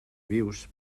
vius